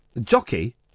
Jockey